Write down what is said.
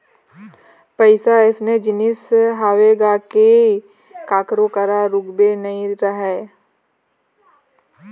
पइसा अइसन जिनिस हरे गा के कखरो करा रुकबे नइ करय